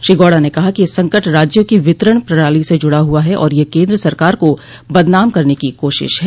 श्री गौड़ा ने कहा कि यह संकट राज्यों की वितरण प्रणाली से जुड़ा हुआ है और यह केन्द्र सरकार को बदनाम करने की कोशिश है